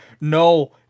No